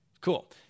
Cool